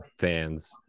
fans